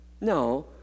No